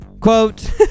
Quote